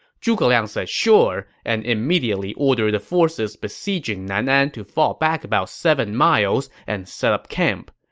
zhuge liang said sure and immediately ordered the forces besieging nanan to fall back about seven miles and set up camp.